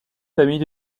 famille